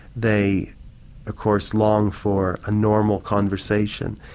they of course long for a normal conversation,